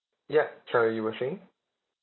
ya sorry you were saying